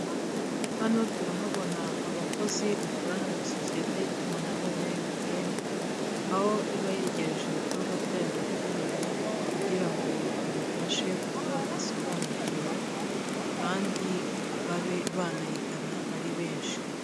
Hano turahabona abakozi bakorana na sosiyete y'itumanaho ya MTN, aho iba yegereje ibikorwa byayo abaturage kugira ngo ibafashe ku byo badasobanukiwe kandi babe banayigana ari benshi.